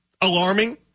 alarming